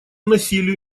насилию